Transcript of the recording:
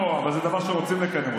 אז גם פה, אבל זה דבר שרוצים לקדם.